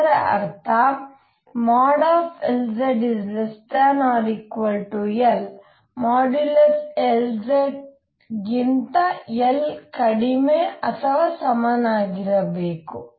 ಇದರ ಅರ್ಥ | Lz| ⩽ L modulus Lz ಗಿಂತ L ಕಡಿಮೆ ಅಥವಾ ಸಮನಾಗಿರಬೇಕು